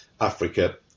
Africa